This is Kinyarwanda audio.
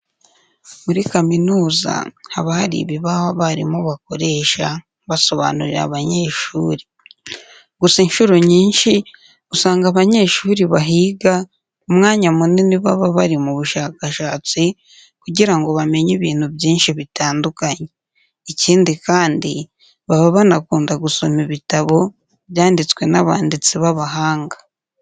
Muri kaminuza haba hari ibibaho abarimu bakoresha basobanurira abanyeshuri. Gusa incuro nyinshi, usanga abanyeshuri bahiga umwanya munini baba bari mu bushakashatsi kugira ngo bamenye ibintu byinshi bitandukanye. Ikindi kandi baba banakunda gusoma ibitabo byanditswe n'abanditsi b'abahanga.